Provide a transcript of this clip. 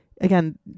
again